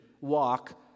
walk